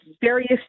various